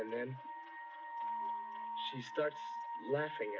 and then she starts laughing